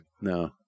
No